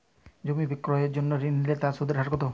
জমি ক্রয়ের জন্য ঋণ নিলে তার সুদের হার কতো?